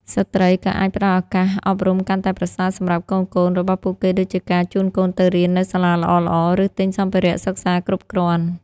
ស្ត្រីក៏អាចផ្តល់ឱកាសអប់រំកាន់តែប្រសើរសម្រាប់កូនៗរបស់ពួកគេដូចជាការជូនកូនទៅរៀននៅសាលាល្អៗ ឬទិញសម្ភារៈសិក្សាគ្រប់គ្រាន់។